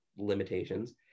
limitations